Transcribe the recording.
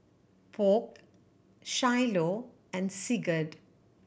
Polk Shiloh and Sigurd